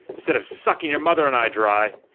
instead of sucking your mother and i dry.